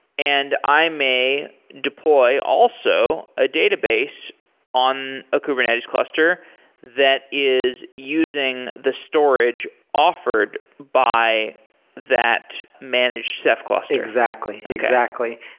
and i may deploy also a database on a kubernetes cluster that is using the storage offered by that managed ceph cluster. exactly. exactly.